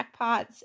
jackpots